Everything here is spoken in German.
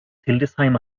hildesheimer